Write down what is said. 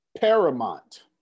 paramount